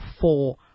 four